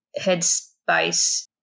headspace